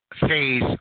phase